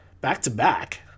back-to-back